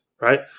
right